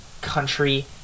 country